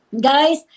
guys